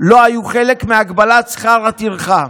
לא היו חלק מהגבלת שכר הטרחה?